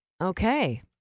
Okay